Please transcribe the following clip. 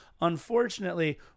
unfortunately